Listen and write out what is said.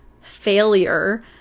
failure